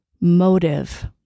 motive